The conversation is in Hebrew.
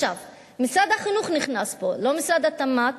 משרד החינוך נכנס פה, לא משרד התמ"ת.